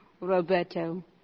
Roberto